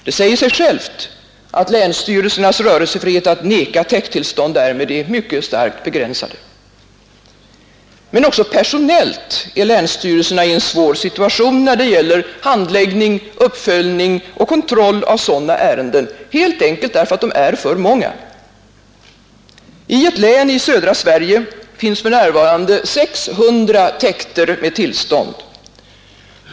Det säger sig självt att länsstyrelsernas rörelsefrihet att vägra täkttillstånd därmed är mycket starkt begränsade. Men också personellt är länsstyrelserna i en svår situation när det gäller handläggning, uppföljning och kontroll av sådana ärenden, helt enkelt därför att dessa är för många. I ett län i södra Sverige finns för närvarande 600 täkter med tillstånd.